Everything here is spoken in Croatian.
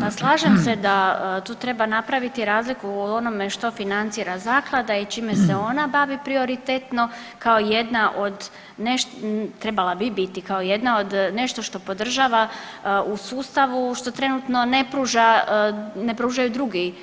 Pa slažem se da tu treba napraviti razliku o onome što financira zaklada i čime se ona bavi prioritetno kao jedna od, treba bi bi biti kao jedna od nešto što podržava u sustavu što trenutno ne pruža, ne pružaju drugi,